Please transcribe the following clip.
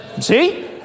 See